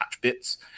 bits